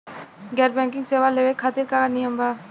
गैर बैंकिंग सेवा लेवे खातिर का नियम बा?